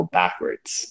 backwards